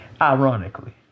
Ironically